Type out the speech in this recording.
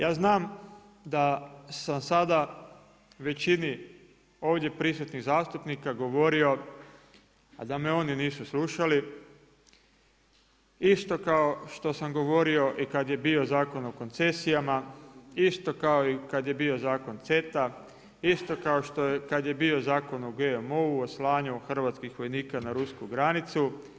Ja znam da sam sada većini ovdje prisutnih zastupnika govorio a da me oni nisu slušali, isto kao što sam govorio i kada je bio Zakon o koncesijama, isto kao i kada je bio Zakon CETA, isto kad je bio Zakon o GMO-u, o slanju hrvatskih vojnika na rusku granicu.